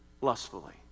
lustfully